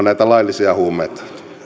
näitä laillisia huumeita